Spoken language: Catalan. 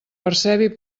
percebi